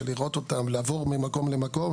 של לראות אותם לעבור ממקום למקום,